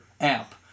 app